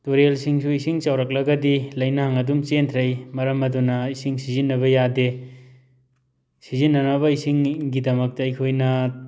ꯇꯨꯔꯦꯜꯁꯤꯡꯁꯨ ꯏꯁꯤꯡ ꯆꯥꯎꯔꯛꯂꯒꯗꯤ ꯂꯩꯅꯥꯡ ꯑꯗꯨꯝ ꯆꯦꯟꯊꯔꯛꯏ ꯃꯔꯝ ꯑꯗꯨꯅ ꯏꯁꯤꯡ ꯁꯤꯖꯤꯟꯅꯕ ꯌꯥꯗꯦ ꯁꯤꯖꯤꯟꯅꯅꯕ ꯏꯁꯤꯡꯒꯤꯗꯃꯛꯇ ꯑꯩꯈꯣꯏꯅ